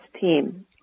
team